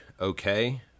okay